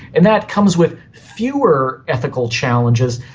and that comes with fewer ethical challenges.